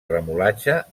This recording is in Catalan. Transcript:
remolatxa